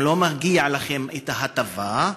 לא מגיעה לכם ההטבה,